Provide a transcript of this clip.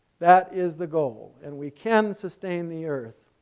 that is the goal and we can sustain the earth.